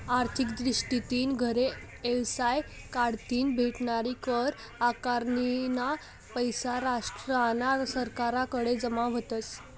आर्थिक दृष्टीतीन घरे आणि येवसाय कढतीन भेटनारी कर आकारनीना पैसा राष्ट्रना सरकारकडे जमा व्हतस